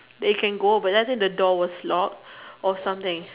they can go but then the door was lock or something